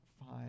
five